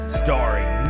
starring